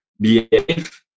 behave